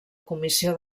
comissió